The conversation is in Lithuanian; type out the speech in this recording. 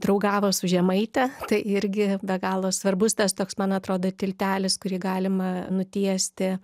draugavo su žemaite tai irgi be galo svarbus tas toks man atrodo tiltelis kurį galima nutiesti